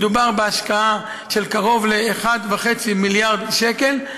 מדובר בהשקעה של קרוב ל-1.5 מיליארד שקל,